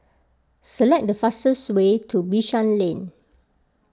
select the fastest way to Bishan Lane